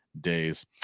days